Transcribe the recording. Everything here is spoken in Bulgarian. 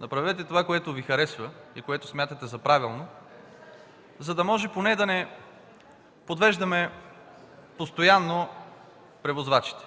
направете това, което Ви харесва и което смятате за правилно, за да може поне да не подвеждаме постоянно превозвачите.